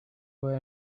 were